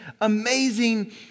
amazing